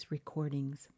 Recordings